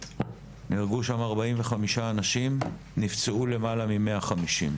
נהרגו שם 45 אנשים, נפגעו למעלה מ-150.